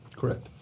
correct.